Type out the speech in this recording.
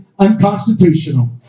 Unconstitutional